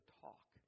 talk